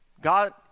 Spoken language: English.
God